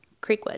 Creekwood